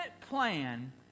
plan